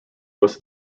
was